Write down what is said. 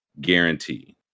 guarantee